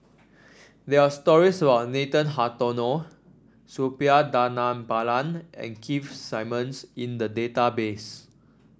there are stories about Nathan Hartono Suppiah Dhanabalan and Keith Simmons in the database